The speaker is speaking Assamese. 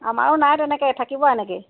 আমাৰো নাই তেনেকৈ থাকিব আৰু এনেকৈয়ে